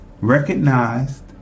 recognized